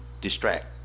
distract